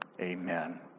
Amen